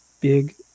big